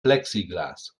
plexiglas